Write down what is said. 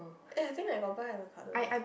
eh I think I got buy avacado there